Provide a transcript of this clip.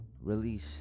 release